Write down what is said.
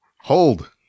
Hold